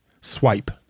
swipe